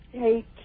take